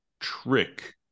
trick